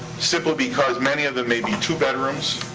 simply because many of them may be two bedrooms,